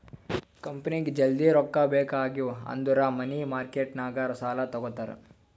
ಕಂಪನಿಗ್ ಜಲ್ದಿ ರೊಕ್ಕಾ ಬೇಕ್ ಆಗಿವ್ ಅಂದುರ್ ಮನಿ ಮಾರ್ಕೆಟ್ ನಾಗ್ ಸಾಲಾ ತಗೋತಾರ್